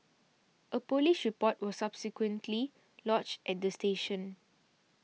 a police report was subsequently lodged at the station